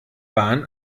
bahn